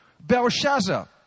Belshazzar